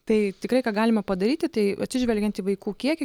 tai tikrai ką galima padaryti tai atsižvelgiant į vaikų kiekį